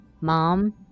mom